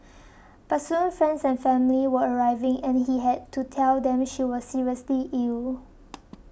but soon friends and family were arriving and he had to tell them she was seriously ill